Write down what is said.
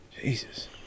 Jesus